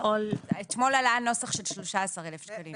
אתמול עלה הנוסח של 13,000 שקלים.